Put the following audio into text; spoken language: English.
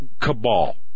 cabal